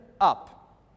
up